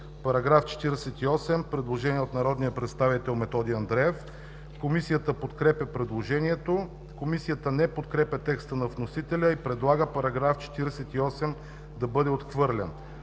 По § 56 има предложение от народния представител Методи Андреев. Комисията подкрепя предложението. Комисията не подкрепя текста на вносителя и предлага § 56 да бъде отхвърлен.